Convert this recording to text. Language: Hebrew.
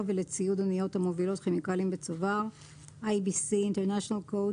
ולציוד אניות המובילות כימיקלים בצובר (IBC-International Code